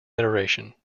iteration